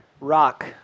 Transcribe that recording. rock